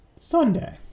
Sunday